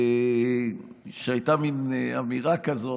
הייתה מין אמירה כזאת,